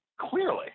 clearly